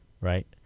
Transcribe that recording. right